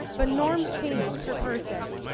but norms change per person.